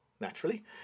naturally